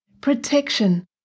protection